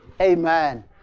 amen